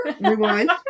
Rewind